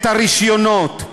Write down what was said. את הרישיונות,